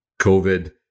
COVID